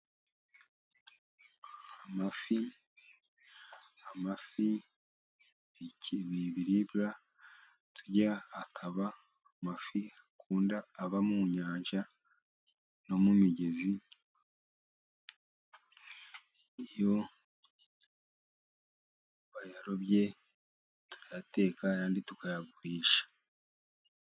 Amafi, amafi ni ibiribwa turya, akaba amafi aba mu nyanja no mu migezi. Iyo bayarobye turayateka, ayandi tukayagurisha.